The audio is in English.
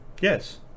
yes